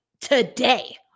today